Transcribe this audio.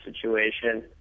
situation